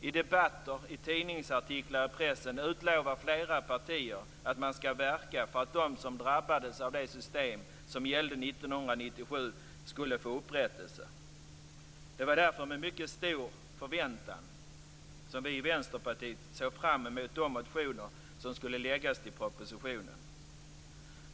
I debatter och i tidningsartiklar i pressen utlovar flera partier att man skall verka för att de som drabbats av det system som gällde 1997 skall få upprättelse. Det var därför med mycket stor förväntan som vi i Vänsterpartiet såg fram emot motionerna med anledning av propositionen.